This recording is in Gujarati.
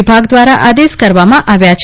વિભાગ દ્વારા આદેશ કરવામાં આવ્યા છે